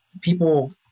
people